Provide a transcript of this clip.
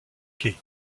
quais